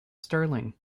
stirling